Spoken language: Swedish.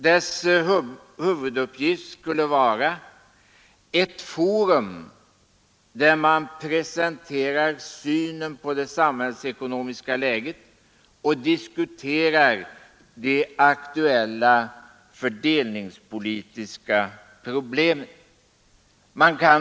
Dess huvuduppgift är att vara ett forum där man presenterar synen på det samhällsekonomiska läget och diskuterar de aktuella fördelningspolitiska problemen.